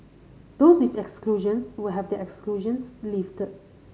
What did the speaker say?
those with exclusions will have their exclusions lifted